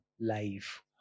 life